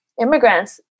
immigrants